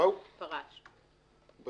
זה